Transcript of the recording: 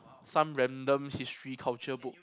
some random history culture book